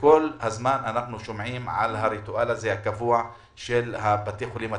וכל הזמן אנחנו שומעים על הריטואל הקבוע הזה של בתי החולים הציבוריים.